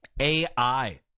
AI